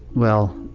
well,